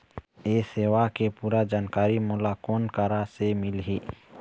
ये सेवा के पूरा जानकारी मोला कोन करा से मिलही?